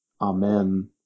Amen